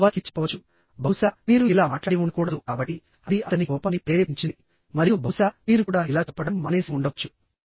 మీరు వారికి చెప్పవచ్చు బహుశా మీరు ఇలా మాట్లాడి ఉండకూడదు కాబట్టి అది అతని కోపాన్ని ప్రేరేపించింది మరియు బహుశా మీరు కూడా ఇలా చెప్పడం మానేసి ఉండవచ్చు